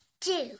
two